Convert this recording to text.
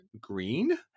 green